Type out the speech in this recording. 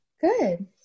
Good